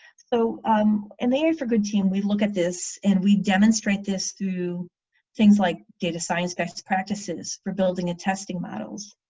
so um and and therefore good team we look at this and we demonstrate this through things like data science best practices for building testing models